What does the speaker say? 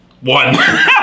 One